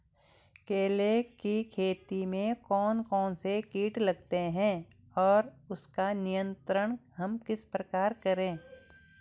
केले की खेती में कौन कौन से कीट लगते हैं और उसका नियंत्रण हम किस प्रकार करें?